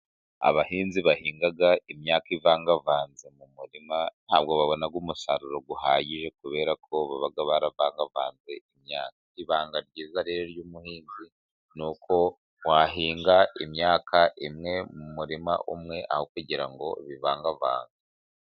Abahinzi bahinga imyaka ivangavanze mu murima, nta bwo babona umusaruro uhagije kubera ko baba barangavanze imyaka. Ibanga ryiza rero ry'umuhinzi ni uko wahinga imyaka imwe mu murima umwe, aho kugira ngo ubivangavange.